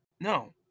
No